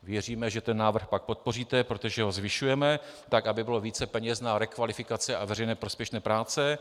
Věříme, že ten návrh pak podpoříte, protože ho zvyšujeme, tak aby bylo více peněz na rekvalifikaci a veřejně prospěšné práce.